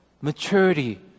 maturity